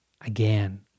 again